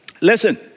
Listen